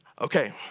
Okay